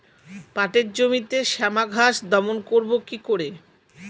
পাটের জমিতে শ্যামা ঘাস দমন করবো কি করে?